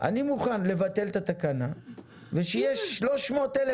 אני מוכן לבטל את התקנה ושיהיה 300,000